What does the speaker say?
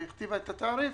והכתיבה את התעריף,